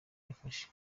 yafashe